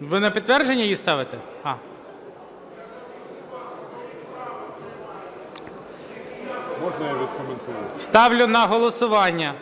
Ви на підтвердження її ставите? (Шум у залі) Ставлю на голосування…